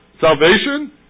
Salvation